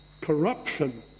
corruption